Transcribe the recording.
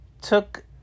took